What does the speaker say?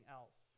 else